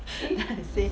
then I say